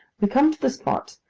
we come to the spot,